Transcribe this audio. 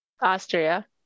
Austria